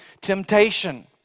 temptation